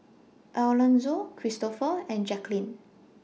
Elonzo Kristofer and Jacquelynn